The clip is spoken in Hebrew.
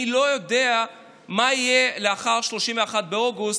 אני לא יודע מה יהיה לאחר 31 באוגוסט,